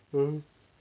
言